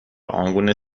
آنگونه